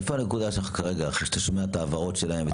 איפה הנקודה שלך כרגע אחרי שאתה שומע את ההבהרות שלהם?